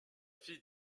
fille